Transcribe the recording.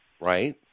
right